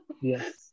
Yes